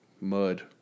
mud